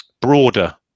broader